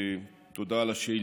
תודה על השאילתה.